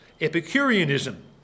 Epicureanism